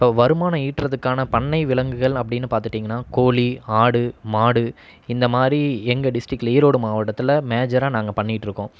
இப்போ வருமானம் ஈட்டுறதுக்கான பண்ணை விலங்குகள் அப்படின்னு பார்த்துட்டீங்கன்னா கோழி ஆடு மாடு இந்த மாதிரி எங்கள் டிஸ்ட்ரிக்டில் ஈரோடு மாவட்டத்தில் மேஜராக நாங்கள் பண்ணிகிட்டு இருக்கோம்